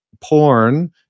porn